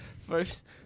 First